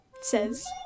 says